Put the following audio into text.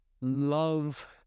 love